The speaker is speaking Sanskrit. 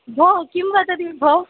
भो किं वदति भो